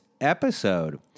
episode